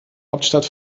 hauptstadt